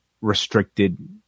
restricted